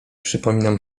przypominam